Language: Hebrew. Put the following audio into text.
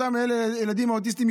אותם ילדים אוטיסטים,